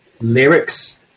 Lyrics